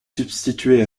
substituer